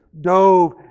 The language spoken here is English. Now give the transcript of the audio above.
dove